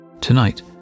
Tonight